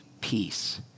peace